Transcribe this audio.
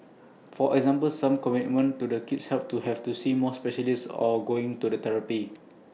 for example some commitment to the kids help to have to see more specialists or going to the therapy